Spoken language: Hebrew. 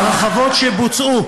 ההרחבות שבוצעו